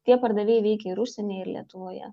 tie pardavėjai veikia ir užsienyje ir lietuvoje